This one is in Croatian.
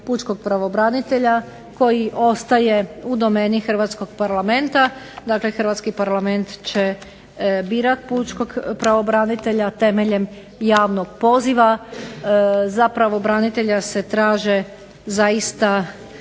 hrvatski Parlament će birati pučkog pravobranitelja temeljem javnog poziva, zapravo branitelja se traže za ista